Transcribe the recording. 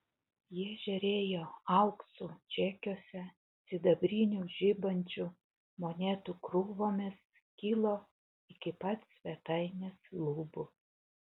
jie žėrėjo auksu čekiuose sidabrinių žibančių monetų krūvomis kilo iki pat svetainės lubų